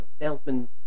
salesmen